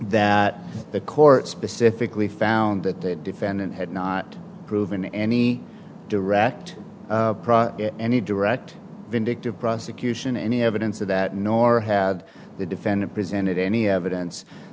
that the court specifically found that the defendant had not proven in any direct any direct vindictive prosecution any evidence of that nor had the defendant presented any evidence